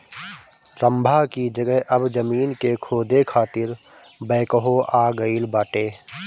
रम्भा की जगह अब जमीन के खोदे खातिर बैकहो आ गईल बाटे